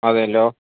അതേലോ